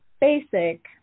basic